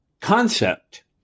concept